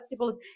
collectibles